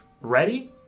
ready